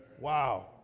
Wow